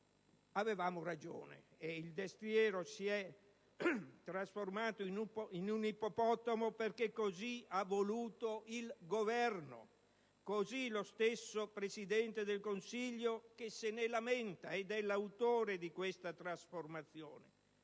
Avevamo ragione: il destriero si è trasformato in un ippopotamo, perché così ha voluto il Governo. Lo stesso Presidente del Consiglio, che se ne lamenta, è l'autore di questa trasformazione: